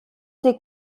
des